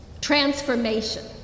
transformation